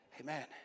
amen